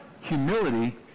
humility